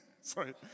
Sorry